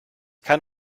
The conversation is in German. kann